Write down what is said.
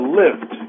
lift